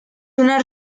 una